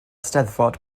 steddfod